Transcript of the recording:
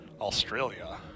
Australia